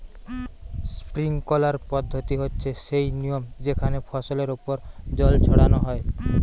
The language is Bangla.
স্প্রিংকলার পদ্ধতি হচ্ছে সেই নিয়ম যেখানে ফসলের ওপর জল ছড়ানো হয়